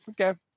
okay